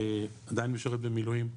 עדיין משרת במילואים,